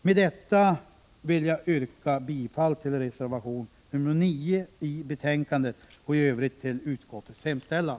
Med det anförda vill jag yrka bifall till reservation 9 i betänkandet och i Övrigt till utskottets hemställan.